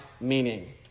meaning